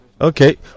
Okay